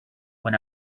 when